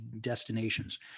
destinations